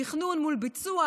תכנון מול ביצוע,